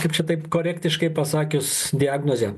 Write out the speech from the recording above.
kaip čia taip korektiškai pasakius diagnozę